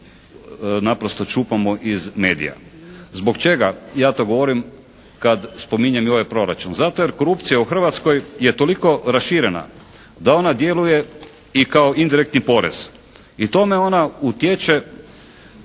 naprosto čupamo iz medija. Zbog čega ja to govorim kad spominjem i ovaj proračun? Zato jer korupcija u Hrvatskoj je toliko raširena da ona djeluje i kao indirektni porez. I tome ona utječe